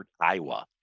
Iowa